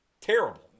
terrible